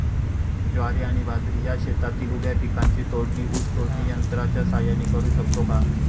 ज्वारी आणि बाजरी या शेतातील उभ्या पिकांची तोडणी ऊस तोडणी यंत्राच्या सहाय्याने करु शकतो का?